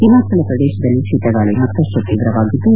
ಹಿಮಾಚಲ ಪ್ರದೇಶದಲ್ಲಿ ಶೀತಗಾಳಿ ಮತ್ತಷ್ಟು ತೀವ್ರವಾಗಿದ್ದು